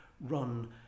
run